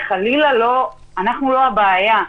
חלילה אנחנו לא הבעיה.